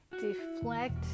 deflect